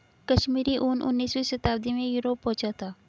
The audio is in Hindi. कश्मीरी ऊन उनीसवीं शताब्दी में यूरोप पहुंचा था